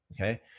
Okay